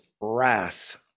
wrath